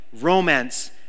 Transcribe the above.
romance